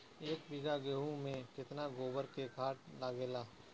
एक बीगहा गेहूं में केतना गोबर के खाद लागेला?